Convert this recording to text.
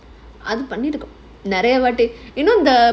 அது பண்ணிருக்கோம் நெறய வாட்டி:adhu pannirokum neraya vaati you know the